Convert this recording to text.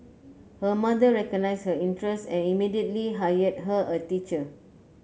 her mother recognised her interest and immediately hired her a teacher